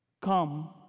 come